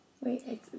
wait